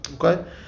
Okay